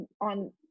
on